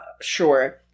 sure